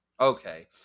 Okay